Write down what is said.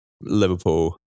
Liverpool